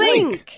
Link